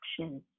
actions